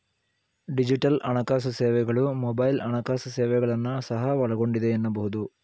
digital ಹಣಕಾಸು ಸೇವೆಗಳು mobile ಹಣಕಾಸು ಸೇವೆಗಳನ್ನ ಸಹ ಒಳಗೊಂಡಿದೆ ಎನ್ನಬಹುದು